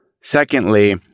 Secondly